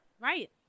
Right